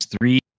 three